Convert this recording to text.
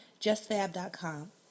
JustFab.com